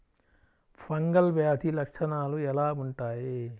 Fungal వ్యాధి లక్షనాలు ఎలా వుంటాయి?